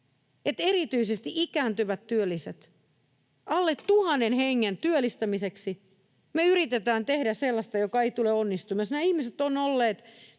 alle tuhannen hengen työllistämiseksi me yritetään tehdä sellaista, mikä ei tule onnistumaan. Jos nämä ihmiset ovat olleet